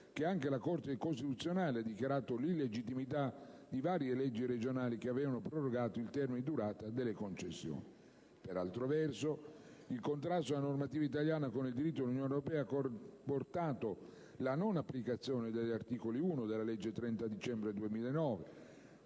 che anche la Corte costituzionale ha dichiarato l'illegittimità di varie leggi regionali che avevano prorogato il termine di durata delle concessioni. Per altro verso, il contrasto della normativa italiana con il diritto dell'Unione europea ha comportato la non applicazione dell'articolo 1, comma 18, del decreto-legge 30 dicembre 2009,